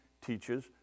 teaches